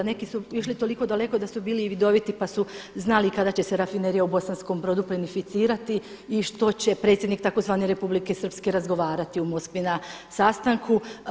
Neki su išli toliko daleko da su bili i vidoviti pa su znali kada će se Rafinerija u Bosanskom Brodu plinificirati i što će predsjednik tzv. Republike Srpske razgovarati u Moskvi na sastanku.